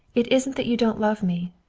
it isn't that you don't love me.